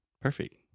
Perfect